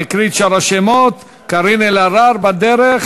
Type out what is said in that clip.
אני אקרא את שאר השמות: קארין אלהרר בדרך,